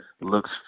looks